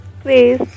Please